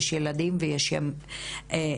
יש ילדים ויש נשים.